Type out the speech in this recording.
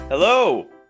Hello